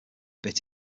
bit